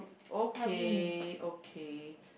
okay okay